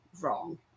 wrong